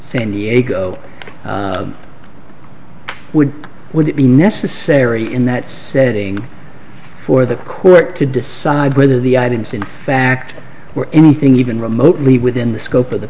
san diego would would it be necessary in that setting for the court to decide whether the items in fact were anything even remotely within the scope of the